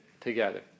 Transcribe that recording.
together